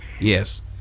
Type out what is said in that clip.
Yes